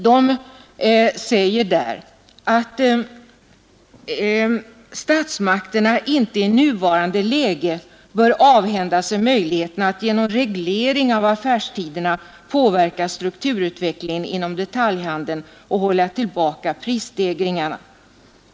De säger där att ”statsmakterna inte i nuvarande läge bör avhända sig möjligheten att genom reglering av affärstiderna påverka strukturutvecklingen inom detaljhandeln och hålla tillbaka prisstegringarna”.